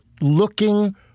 looking